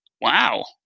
wow